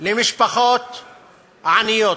למשפחות עניות.